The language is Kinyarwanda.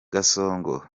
gasongo